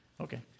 okay